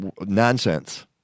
nonsense